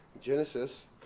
Genesis